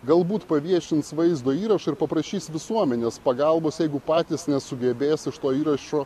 galbūt paviešins vaizdo įrašą ir paprašys visuomenės pagalbos jeigu patys nesugebės iš to įrašo